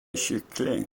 kyckling